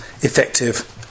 effective